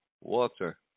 water